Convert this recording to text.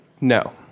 No